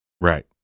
right